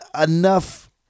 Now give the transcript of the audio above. enough